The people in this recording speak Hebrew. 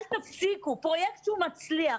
אל תפסיקו פרויקט שהוא מצליח.